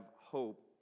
hope